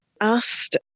asked